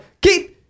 Keep